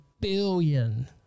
billion